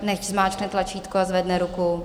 Nechť zmáčkne tlačítko a zvedne ruku.